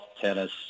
tennis